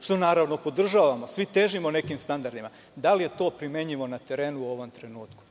što naravno podržavamo, svi težimo nekim standardima, da li je to primenjivo na terenu u ovom trenutku?